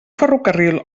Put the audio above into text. ferrocarril